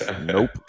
Nope